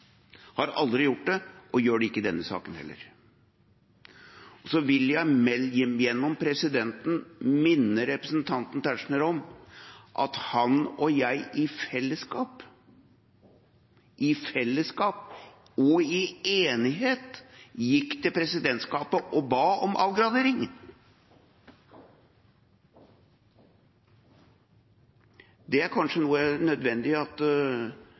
har aldri gjort det og gjør det ikke i denne saken heller. Så vil jeg gjennom presidenten minne representanten Tetzschner om at han og jeg i fellesskap – i fellesskap og i enighet – gikk til presidentskapet og ba om avgradering. Det er det kanskje nødvendig at